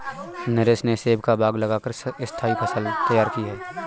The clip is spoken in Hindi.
नरेश ने सेब का बाग लगा कर स्थाई फसल तैयार की है